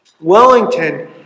Wellington